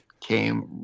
came